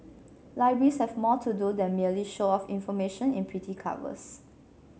libraries have more to do than merely show off information in pretty covers